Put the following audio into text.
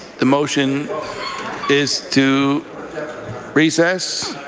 the motion is to recess.